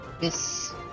Yes